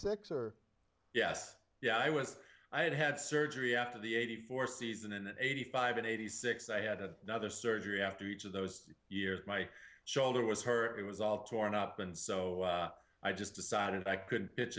six or yes yeah i was i had had surgery after the eighty four season and at eighty five in eighty six i had a nother surgery after each of those years my shoulder was her it was all torn up and so i just decided i could pitch